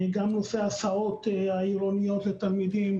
גם נושא ההסעות העירוניות לתלמידים,